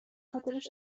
خاطرش